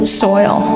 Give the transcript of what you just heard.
soil